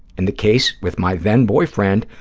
in the case with my then-boyfriend,